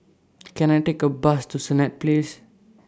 Can I Take A Bus to Senett Place